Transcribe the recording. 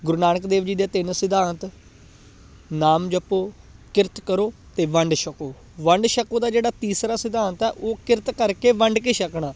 ਗੁਰੂ ਨਾਨਕ ਦੇਵ ਜੀ ਦੇ ਤਿੰਨ ਸਿਧਾਂਤ ਨਾਮ ਜਪੋ ਕਿਰਤ ਕਰੋ ਅਤੇ ਵੰਡ ਛਕੋ ਵੰਡ ਛਕੋ ਦਾ ਜਿਹੜਾ ਤੀਸਰਾ ਸਿਧਾਂਤ ਆ ਉਹ ਕਿਰਤ ਕਰਕੇ ਵੰਡ ਕੇ ਛਕਣਾ